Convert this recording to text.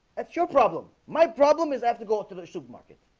that's your problem. my problem is i have to go to the supermarket